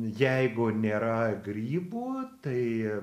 jeigu nėra grybų tai